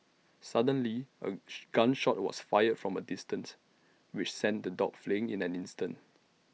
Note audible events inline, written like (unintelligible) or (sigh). suddenly A (unintelligible) gun shot was fired from A distance which sent the dogs fleeing in an instant